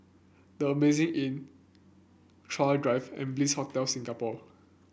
The Amazing Inn Chuan Drive and Bliss Hotel Singapore